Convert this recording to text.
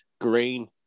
Green